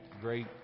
great